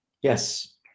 Yes